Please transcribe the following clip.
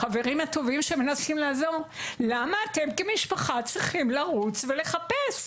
החברים הטובים שמנסים לעזור: למה אתם כמשפחה צריכים לרוץ ולחפש?